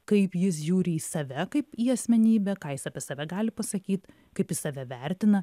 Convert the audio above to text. kaip jis žiūri į save kaip į asmenybę ką jis apie save gali pasakyt kaip jis save vertina